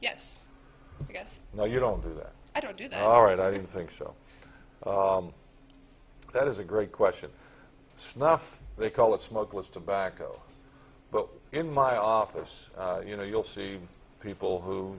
yes yes now you don't do that i don't do that all right i don't think so that is a great question snuff they call it smokeless tobacco but in my office you know you'll see people who